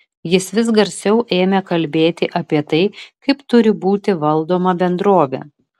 jis vis garsiau ėmė kalbėti apie tai kaip turi būti valdoma bendrovė